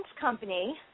company